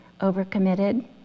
overcommitted